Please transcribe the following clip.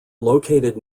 located